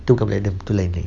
tu bukan black adam tu lain